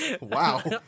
wow